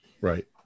Right